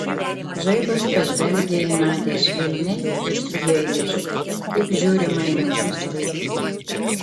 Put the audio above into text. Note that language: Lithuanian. žaibas pažvelgė į nadią švelniai ir su gailesčiu kaip žiūrima į mažus vaikus